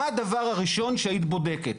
מה הדבר הראשון שהיית בודקת?